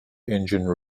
engine